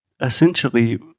Essentially